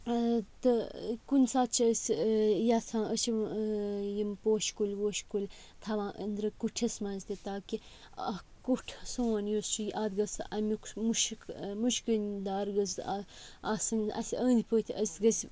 تہٕ کُنہِ ساتہٕ چھِ أسۍ یَژھان أسۍ چھِ یِم پوشہٕ کُلۍ ووشہٕ کُلۍ تھاوان أنٛدرٕ کُٹھِس منٛز تہِ تاکہِ اَکھ کُٹھ سون یُس چھُ یہِ اَتھ گٔژھ سُہ اَمیُک مُشک مُشکٕنٛۍدار گٔژھ آسٕنۍ اَسہِ أنٛدۍ پٔتۍ أسۍ گٔژھۍ